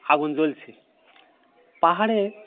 আগুন জ্বলছে পাহাড়ে